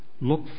look